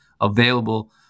available